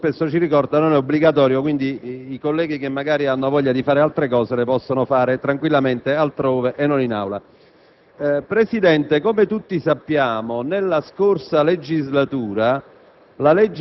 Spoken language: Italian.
Signor Presidente, prestare attenzione, come lei molto spesso ci ricorda, non è obbligatorio, quindi i colleghi che magari hanno voglia di fare altre cose le possono fare tranquillamente altrove e non in Aula.